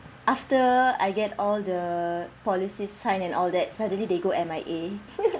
after I get all the policies sign and all that suddenly they go M_I_A